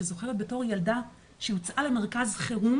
שזוכרת בתור ילדה שהוצאה למרכז חירום